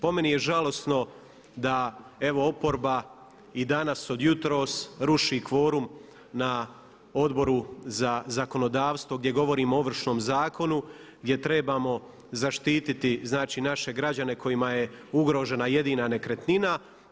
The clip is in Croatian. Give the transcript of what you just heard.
Po meni je žalosno da evo oporba i danas od jutros ruši kvorum na Odboru za zakonodavstvo gdje govorimo o Ovršnom zakonu, gdje trebamo zaštititi znači naše građane kojima je ugrožena jedina nekretnina.